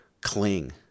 cling